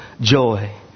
joy